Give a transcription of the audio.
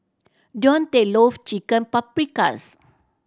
Deontae loves Chicken Paprikas